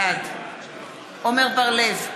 בעד עמר בר-לב,